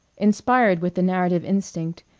inspired with the narrative instinct,